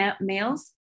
males